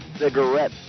cigarette